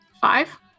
Five